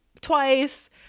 twice